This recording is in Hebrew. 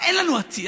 אין לנו עתיד.